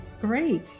great